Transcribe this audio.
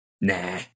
nah